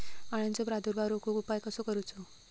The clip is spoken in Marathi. अळ्यांचो प्रादुर्भाव रोखुक उपाय कसो करूचो?